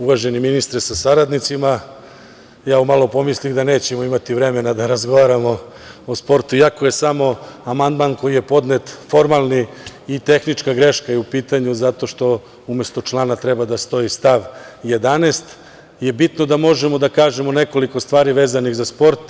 Uvaženi ministre sa saradnicima, umalo pomislih da nećemo imati vremena da razgovaramo o sportu, iako je samo amandman koji je podnet formalni i tehnička greška je u pitanju, zato što umesto člana treba da stoji stav 11, bitno je da možemo da kažemo nekoliko stvari vezanih za sport.